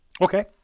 Okay